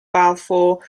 balfour